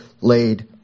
laid